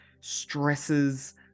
stresses